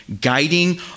guiding